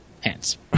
hands